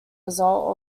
result